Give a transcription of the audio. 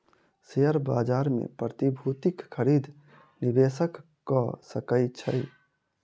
share बाजार मे प्रतिभूतिक खरीद निवेशक कअ सकै छै